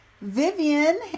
Vivian